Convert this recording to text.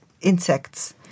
insects